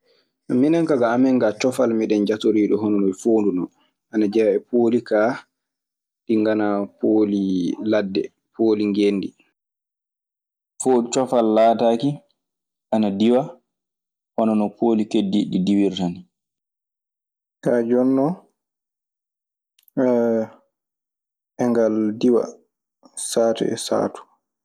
Minen kaa ga amen gaa cofaal miɗen jatorii ɗun hono no foondu non. Ana jeyaa e pooli kaa ɗi ,ganaa pooli ladde, pooli ngeendi. Foo cofal laataaki ana diwa hono no pooli keddiiɗi ɗii diwirta nii. Kaa jooni non, e ngal diwa saatu e saatu.